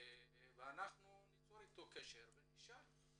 ואנחנו ניצור איתו קשר ונשאל.